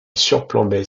surplombait